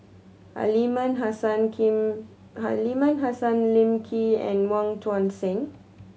Aliman Hassan Lee Aliman Hassan Lim Lee and Wong Tuang Seng